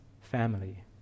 family